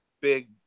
Big